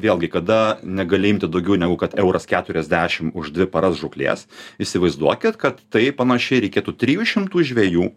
vėlgi kada negali imti daugiau negu kad euras keturiasdešim už dvi paras žūklės įsivaizduokit kad tai panašiai reikėtų trijų šimtų žvejų